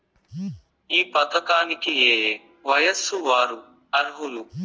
ఈ పథకానికి ఏయే వయస్సు వారు అర్హులు?